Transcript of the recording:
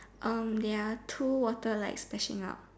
um there are two water like splashing out